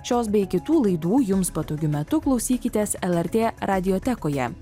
šios bei kitų laidų jums patogiu metu klausykitės lrt radiotekoje